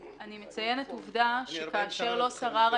אני מציינת עובדה שכאשר שרר הייבוא,